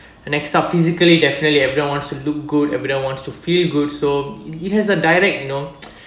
as of physically definitely everyone wants to look good everyone wants to feel good so it has a direct you know